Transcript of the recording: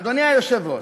אדוני היושב-ראש,